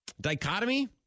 Dichotomy